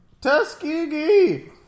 Tuskegee